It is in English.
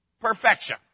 Perfection